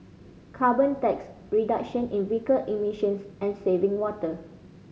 carbon tax reduction in vehicle emissions and saving water